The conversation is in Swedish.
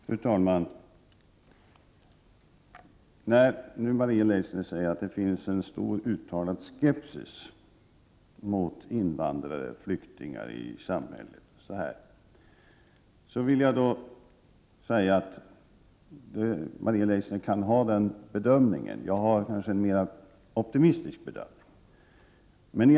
Fru talman! När Maria Leissner säger att det finns en stor uttalad skepsis mot invandrare och flyktingar i samhället vill jag säga att Maria Leissner kan ha den bedömningen. Själv har jag en mer optimistisk bedömning.